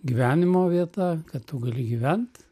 gyvenimo vieta kad tu gali gyvent